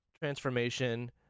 transformation